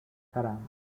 ترند